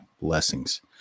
blessings